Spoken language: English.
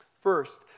First